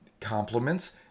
compliments